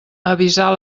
avisar